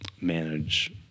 manage